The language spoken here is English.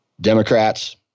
Democrats